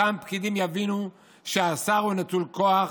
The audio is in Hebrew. אותם פקידים יבינו שהשר הוא נטול כוח,